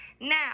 now